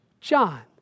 John